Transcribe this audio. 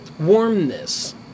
warmness